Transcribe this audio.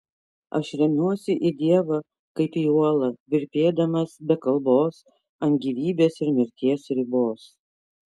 aš remiuosi į dievą kaip į uolą virpėdamas be kalbos ant gyvybės ir mirties ribos